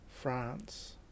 France